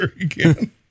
again